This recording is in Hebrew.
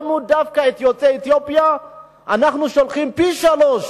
למה דווקא את יוצאי אתיופיה אנחנו שולחים פי-שלושה